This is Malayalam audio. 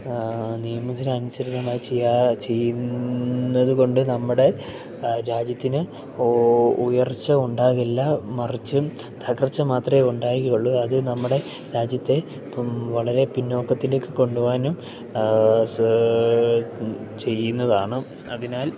നിയമത്തിന് അനുസരിതമായി ചെയ്യാൻ ചെയ്യുന്നത് കൊണ്ട് നമ്മുടെ രാജ്യത്തിന് ഓ ഉയർച്ച ഉണ്ടാകില്ല മറിച്ചും തകർച്ച മാത്രമേ ഉണ്ടാകുകയുള്ളു അത് നമ്മുടെ രാജ്യത്തെ വളരെ പിന്നോക്കത്തിലേക്ക് കൊണ്ടുവാനും സ ചെയ്യുന്നതാണ് അതിനാൽ